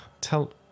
tell